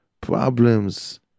problems